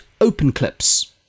OpenClips